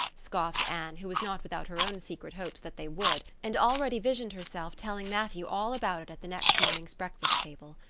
scoffed anne, who was not without her own secret hopes that they would, and already visioned herself telling matthew all about it at the next morning's breakfast table.